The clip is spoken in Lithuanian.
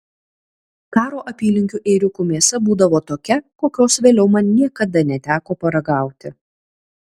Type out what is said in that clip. karo apylinkių ėriukų mėsa būdavo tokia kokios vėliau man niekada neteko paragauti